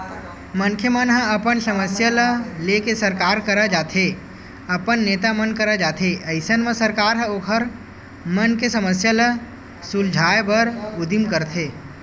मनखे मन ह अपन समस्या ल लेके सरकार करा जाथे अपन नेता मन करा जाथे अइसन म सरकार ह ओखर मन के समस्या ल सुलझाय बर उदीम करथे